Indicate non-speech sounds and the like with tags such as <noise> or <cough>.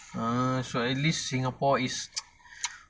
ah so at least singapore is <noise>